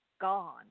gone